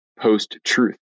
post-truth